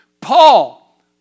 Paul